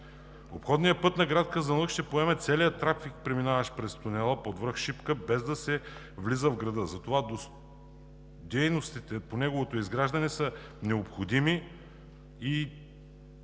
Обходният път на град Казанлък ще поеме целия трафик, преминаващ през тунела под връх Шипка, без да се влиза в града. Затова дейностите по неговото изграждане са необходими и